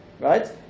Right